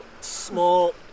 Small